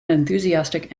enthusiastic